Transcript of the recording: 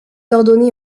ordonné